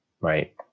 right